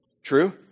True